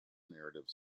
narrative